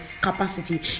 capacity